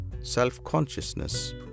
Self-consciousness